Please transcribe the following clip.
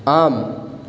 आम्